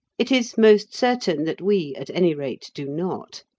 it is most certain that we, at any rate, do not.